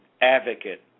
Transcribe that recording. Advocate